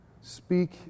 Speak